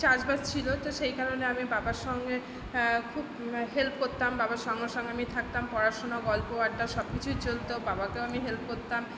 চাষবাস ছিল তো সেই কারণে আমি বাবার সঙ্গে খুব হেল্প করতাম বাবার সঙ্গে সঙ্গে আমি থাকতাম পড়াশুনো গল্প আড্ডা সব কিছুই চলতো বাবাকেও আমি হেল্প করতাম